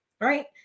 Right